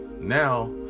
now